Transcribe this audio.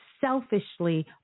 selfishly